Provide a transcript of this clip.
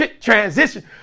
Transition